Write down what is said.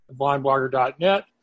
theblindblogger.net